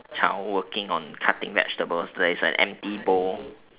child working on cutting vegetables there's a empty bowl